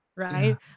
Right